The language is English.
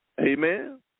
Amen